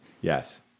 Yes